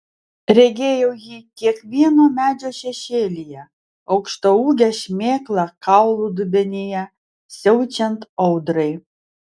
regėjau jį kiekvieno medžio šešėlyje aukštaūgę šmėklą kaulų dubenyje siaučiant audrai